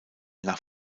nach